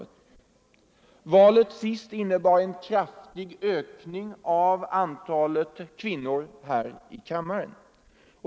Det senaste valet innebar en kraftig ökning av antalet kvinnor här i riksdagen.